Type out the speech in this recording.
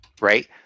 right